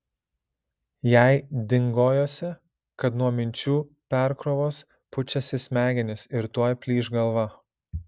jai dingojosi kad nuo minčių perkrovos pučiasi smegenys ir tuoj plyš galva